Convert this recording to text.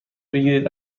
بگیرید